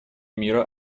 мира